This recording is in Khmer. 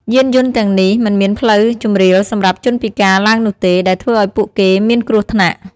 យានយន្តទាំងនេះ មិនមានផ្លូវជម្រាលសម្រាប់ជនពិការឡើងនោះទេ ដែលធ្វើឱ្យពួកគេមានគ្រោះថ្នាក់។